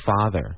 Father